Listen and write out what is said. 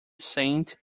saint